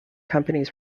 companies